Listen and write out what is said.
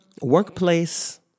Workplace